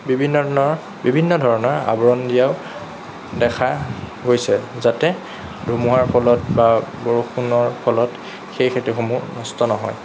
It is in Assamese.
বিভিন্ন ধৰণৰ বিভিন্ন ধৰণৰ আৱৰণ দিয়াও দেখা গৈছে যাতে ধুমুহাৰ ফলত বা বৰষুণৰ ফলত সেই খেতিসমূহ নষ্ট নহয়